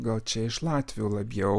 gal čia iš latvių labiau